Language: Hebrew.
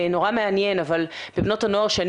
נורא מעניין אבל את בנות הנוער שאני